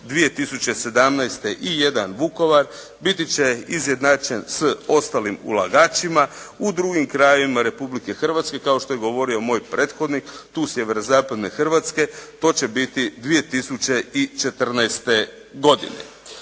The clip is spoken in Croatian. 2017. i jedan Vukovar biti će izjednačen sa ostalim ulagačima u drugim krajevima Republike Hrvatske kao što je govorio moj prethodnik tu sjeverozapadne Hrvatske, to će biti 2014. godine.